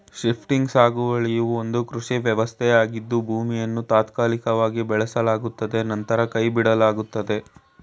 shifting ಸಾಗುವಳಿಯು ಒಂದು ಕೃಷಿ ವ್ಯವಸ್ಥೆಯಾಗಿದ್ದು ಭೂಮಿಯನ್ನು ತಾತ್ಕಾಲಿಕವಾಗಿ ಬೆಳೆಸಲಾಗುತ್ತದೆ ನಂತರ ಕೈಬಿಡಲಾಗುತ್ತದೆ